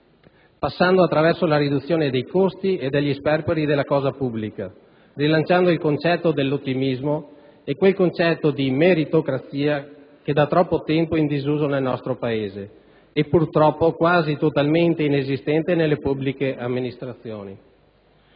passando attraverso la riduzione dei costi e degli sperperi della cosa pubblica, rilanciando il concetto dell'ottimismo e quel concetto di meritocrazia da troppo tempo in disuso nel nostro Paese e purtroppo quasi totalmente inesistente nelle pubbliche amministrazioni.